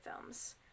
films